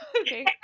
Okay